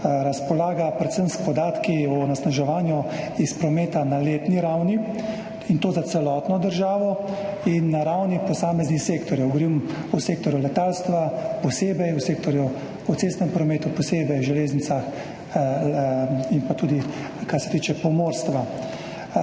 razpolaga predvsem s podatki o onesnaževanju iz prometa na letni ravni, in to za celotno državo in na ravni posameznih sektorjev, govorim o sektorju letalstva, posebej v sektorju v cestnem prometu, posebej v železnicah in pa tudi, kar se tiče pomorstva.